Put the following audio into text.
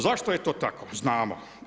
Zašto je to tako, znamo.